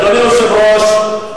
אדוני היושב-ראש,